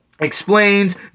explains